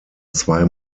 zwei